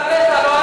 לא,